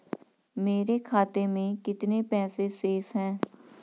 मेरे खाते में कितने पैसे शेष हैं?